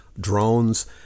drones